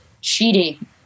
cheating